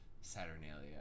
Saturnalia